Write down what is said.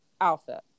outfit